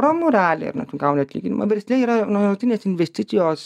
ramu realiai tu gauni atlyginimą versle yra nuolatinės investicijos